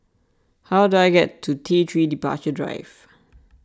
how do I get to T three Departure Drive